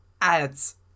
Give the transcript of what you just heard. ads